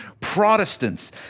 Protestants